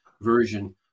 version